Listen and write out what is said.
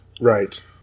Right